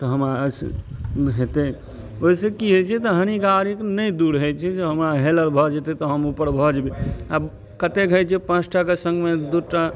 तऽ हमरा हेतै ओहिसँ की होइ छै तऽ हानिकारिक नहि दूर होइ छै जे हमरा हेलब भऽ जेतै तऽ हम ऊपर भऽ जेबै आब कतेक होइ छै पाँचटाके सङ्गमे दू टा